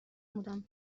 بودم